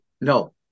No